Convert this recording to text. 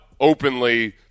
openly